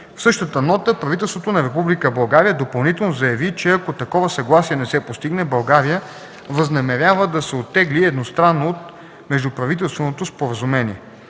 В същата нота правителството на Република България допълнително заяви, че ако такова съгласие не се постигне, България възнамерява да се оттегли едностранно от Междуправителственото споразумение.